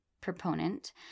proponent